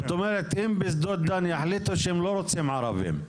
אם בשדות דן יחליטו שהם לא רוצים ערבים,